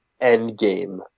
Endgame